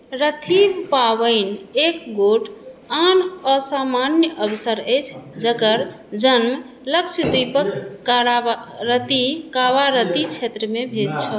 रथीब पाबनि एक गोट आन असामान्य अवसर अछि जकर जन्म लक्षद्वीपक कारारती कावारती क्षेत्रमे भेल छल